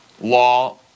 law